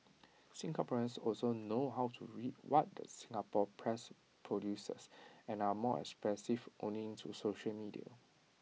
Singaporeans also know how to read what the Singapore press produces and are more expressive owing to social media